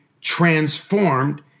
transformed